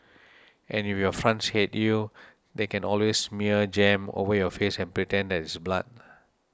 and if your friends hate you they can always smear jam over your face and pretend that it's blood